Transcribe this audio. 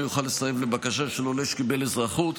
יוכל לסרב לבקשה של עולה שקיבל אזרחות